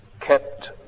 kept